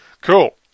Cool